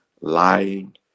lying